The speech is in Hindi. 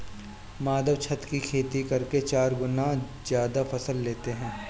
माधव छत की खेती करके चार गुना ज्यादा फसल लेता है